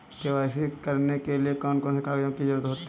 KYC करने के लिए कौन कौन से कागजों की जरूरत होती है?